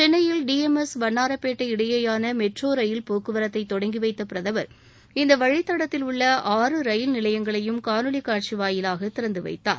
சென்னையில் டிஎம்எஸ் வண்ணாரப்பேட்டை இடையேயான metro rail போக்குவரத்தை தொடங்கி வைத்த பிரதமர் இந்த வழித்தடத்தில் உள்ள ஆறு ரயில் நிலையங்களையும் காணொலிக் காட்சி வாயிலாக திறந்து வைத்தார்